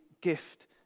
gift